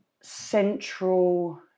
central